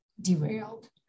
derailed